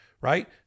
right